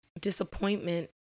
disappointment